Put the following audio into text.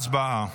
הצבעה.